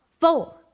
four